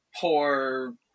poor